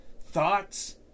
thoughts